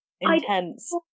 intense